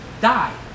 die